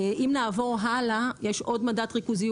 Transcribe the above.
(שקף: מדד HHI). יש עוד מדד ריכוזיות